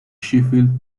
sheffield